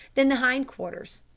than the hindquarters.